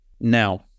Now